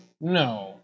no